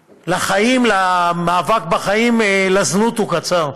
לחיים, למאבק בחיים, לזנות, היא קצרה.